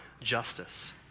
justice